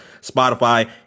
spotify